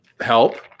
Help